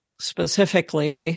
specifically